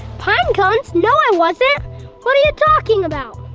pine cones? no, i wasn't. what are you talking about?